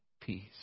peace